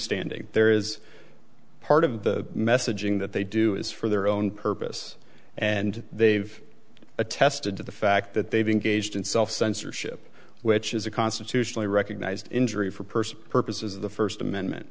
standing there is part of the messaging that they do is for their own purpose and they've attested to the fact that they've engaged in self censorship which is a constitutionally recognized injury for person purposes of the first amendment